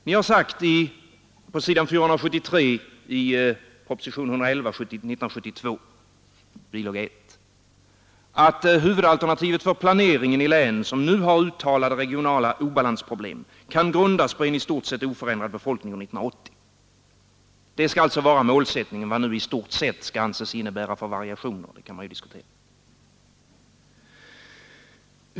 Ni har sagt på s.473 i propositionen 111 år 1972, bilaga 1, att ”huvudalternativet för planeringen i län som nu har uttalade regionala obalansproblem kan grundas på en i stort sett oförändrad befolkning år 1980”. Det skall alltså vara målsättningen. Vad nu ”i stort sett” skall anses innebära för variation, det kan man ju diskutera.